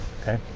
Okay